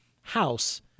house